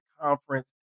conference